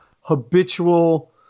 habitual